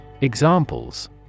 Examples